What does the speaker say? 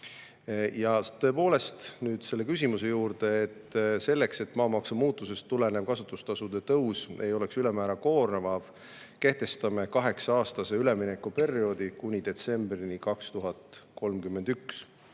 maksustamishinnast. Nüüd selle küsimuse juurde. Selleks, et maamaksu muutusest tulenev kasutustasude tõus ei oleks ülemäära koormav, kehtestame kaheksa-aastase üleminekuperioodi kuni detsembrini 2031.